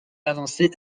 avancer